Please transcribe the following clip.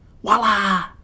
voila